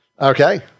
Okay